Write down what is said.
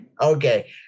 Okay